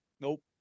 Nope